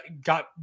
got